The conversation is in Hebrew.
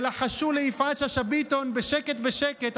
ולחשו ליפעת שאשא ביטון בשקט בשקט,